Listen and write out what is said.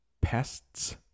Pests